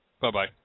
Bye-bye